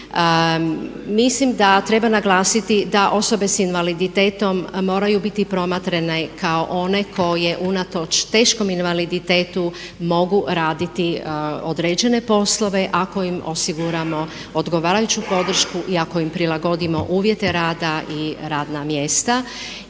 Mislim da treba naglasiti da osobe s invaliditetom moraju biti promatrane kako one koje unatoč teškom invaliditetu mogu raditi određene poslove ako im osiguramo odgovarajuću podršku i ako im prilagodimo uvjete rada i radna mjesta